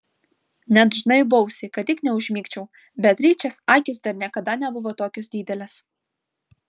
net žnaibausi kad tik neužmigčiau beatričės akys dar niekada nebuvo tokios didelės